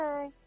Bye